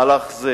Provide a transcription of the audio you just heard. מהלך זה